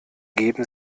geben